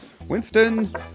Winston